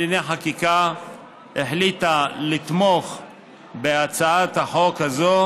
ועדת השרים לענייני חקיקה החליטה לתמוך בהצעת החוק הזו,